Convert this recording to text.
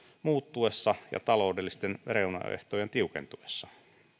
muuttuessa ja taloudellisten reunaehtojen tiukentuessa